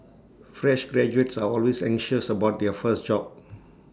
fresh graduates are always anxious about their first job